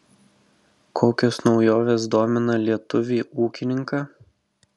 kokios naujovės domina lietuvį ūkininką